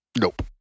Nope